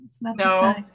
No